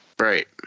Right